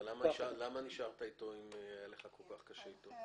אבל למה נשארת איתו אם היה לך כל כך קשה איתו?